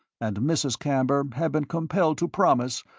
and mrs. camber had been compelled to promise,